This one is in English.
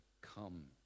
come